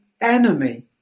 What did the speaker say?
enemy